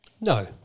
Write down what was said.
No